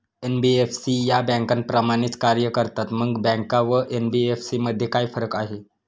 NBFC या बँकांप्रमाणेच कार्य करतात, मग बँका व एन.बी.एफ.सी मध्ये काय फरक आहे?